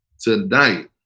Tonight